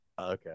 Okay